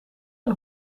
een